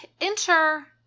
enter